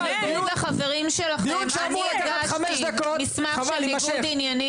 בניגוד לחברים שלכם אני הגשתי מסמך של ניגוד עניינים.